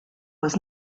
was